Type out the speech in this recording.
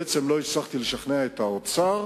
בעצם לא הצלחתי לשכנע את האוצר,